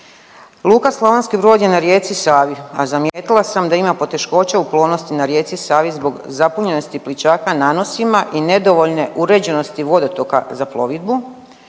Luka Slavonski Brod je na rijeci Savi, a zamijetila sam da ima poteškoća u plovnosti na rijeci Savi zbog zapunjenosti plićaka nanosima i nedovoljne uređenosti vodotoka za plovidbu,